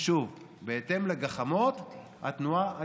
ושוב, בהתאם לגחמות התנועה האסלאמית.